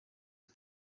aho